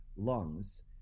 lungs